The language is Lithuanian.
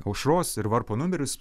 aušros ir varpo numerius